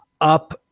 up